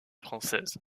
française